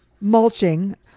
mulching